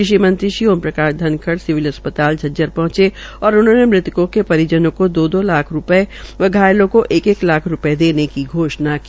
कृषि मंत्री श्री ओम प्रकाश धनखड़ सिविल अस्पताल झज्जर पहंचे और उन्होंने मृतकों के परिजनों को दो दो लाख रूपये व घायलों को एक एक लाख रूपये देने की घोषणा की